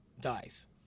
dies